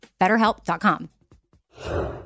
BetterHelp.com